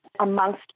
amongst